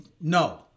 no